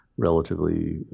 relatively